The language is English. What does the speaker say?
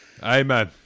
Amen